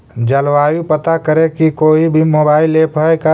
जलवायु पता करे के कोइ मोबाईल ऐप है का?